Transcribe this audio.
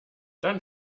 dann